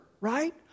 right